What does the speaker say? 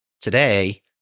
Today